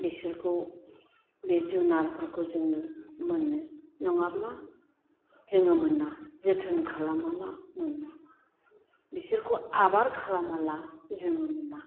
बिसोरखौ बे जुनारफोरखौ जोङो मोनो नङाब्ला जोङो मोना जोथोन खालामाला मोना बिसोरखौ आबार खालामाला जोङो मोना